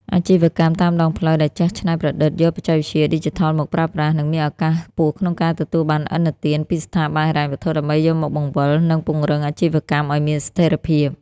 អាជីវកម្មតាមដងផ្លូវដែលចេះច្នៃប្រឌិតយកបច្ចេកវិទ្យាឌីជីថលមកប្រើប្រាស់ នឹងមានឱកាសខ្ពស់ក្នុងការទទួលបានឥណទានពីស្ថាប័នហិរញ្ញវត្ថុដើម្បីយកមកបង្វិល និងពង្រឹងអាជីវកម្មឱ្យមានស្ថិរភាព។